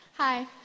Hi